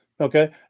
Okay